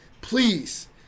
please